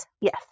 Yes